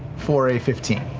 for a fifteen.